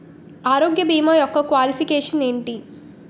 ఆరోగ్య భీమా యెక్క క్వాలిఫికేషన్ ఎంటి?